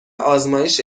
آزمایش